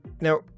Now